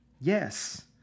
Yes